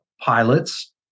Pilots